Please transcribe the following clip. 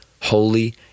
holy